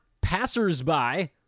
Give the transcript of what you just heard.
passers-by